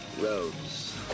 roads